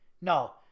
No